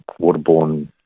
waterborne